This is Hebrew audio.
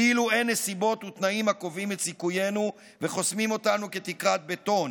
כאילו אין נסיבות ותנאים הקובעים את סיכויינו וחוסמים אותנו כתקרת בטון.